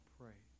pray